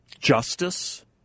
justice